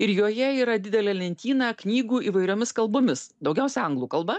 ir joje yra didelė lentyna knygų įvairiomis kalbomis daugiausia anglų kalba